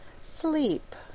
sleep